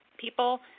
people